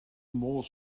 more